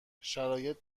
شرایط